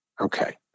okay